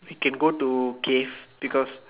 can go to cave because